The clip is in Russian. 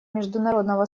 международного